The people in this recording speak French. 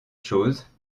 chose